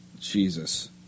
Jesus